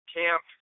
camp